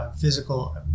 physical